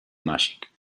magic